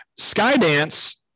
skydance